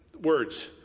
words